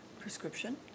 prescription